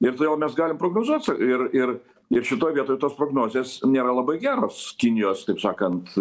ir todėl mes galim prognozuoti ir ir ir šitoj vietoj tos prognozės nėra labai geros kinijos taip sakant